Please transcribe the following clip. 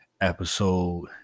episode